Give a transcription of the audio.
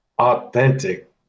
authentic